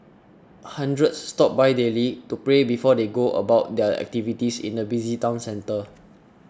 hundreds stop by daily to pray before they go about their activities in the busy town centre